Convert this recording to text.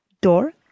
Door